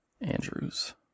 Andrews